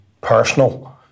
personal